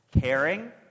caring